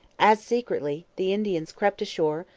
as secretly, the indians crept ashore,